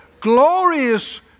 glorious